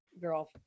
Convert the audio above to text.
girl